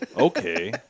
Okay